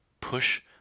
push